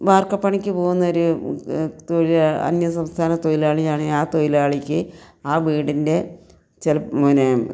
വാർക്കപ്പണിക്ക് പോകുന്ന ഒരു തൊഴിൽ അന്യസംസ്ഥാന തൊഴിലാളിയാണ് ആ തൊഴിലാളിക്ക് ആ വീടിൻ്റെ